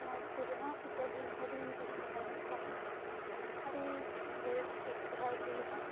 ᱚᱱᱟ ᱥᱠᱩᱞ ᱨᱮᱦᱚᱸ ᱡᱚᱵᱽ ᱤᱧ ᱦᱩᱰᱤᱧᱨᱤᱧ ᱯᱟᱲᱦᱟᱣ ᱞᱮᱱᱟ ᱛᱟᱦᱮᱸᱫ ᱟᱹᱰᱤ ᱵᱮᱥᱴᱷᱤᱠ ᱯᱟᱲᱦᱟᱭ ᱦᱩᱭᱩᱜᱼᱟ